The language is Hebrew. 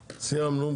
שסיימנו.